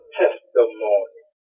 testimony